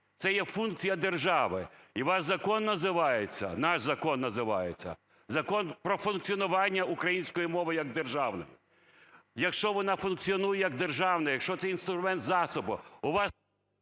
Це є функція держави. І ваш закон називається, наш закон називається – Закон про функціонування української мови як державної. Якщо вона функціонує як державна, якщо це інструмент засобу, у вас…